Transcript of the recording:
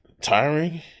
tiring